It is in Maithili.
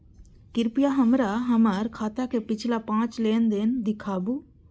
कृपया हमरा हमर खाता के पिछला पांच लेन देन दिखाबू